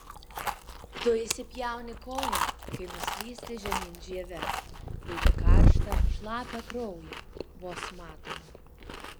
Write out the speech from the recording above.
tu įsipjauni koją kai nuslysti žemyn žieve jauti karštą šlapią kraują vos matomą